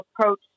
approach